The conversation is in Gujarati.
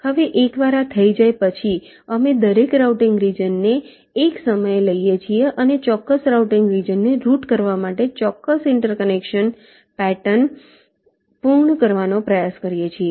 હવે એકવાર આ થઈ જાય પછી અમે દરેક રાઉટીંગ રિજન ને એક સમયે લઈએ છીએ અને ચોક્કસ રાઉટીંગ રિજનને રૂટ કરવા માટે ચોક્કસ ઇન્ટરકનેક્શન પેટર્ન પૂર્ણ કરવાનો પ્રયાસ કરીએ છીએ